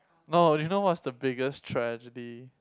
no you know what's the biggest tragedy